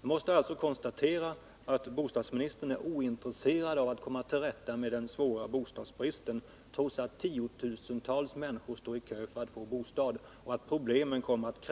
Jag måste alltså konstatera att bostadsministern är ointresserad av att komma till rätta med den svåra bostadsbristen, trots att tiotusentals människor står i kö för att få bostad och problemen klart kommer att